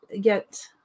get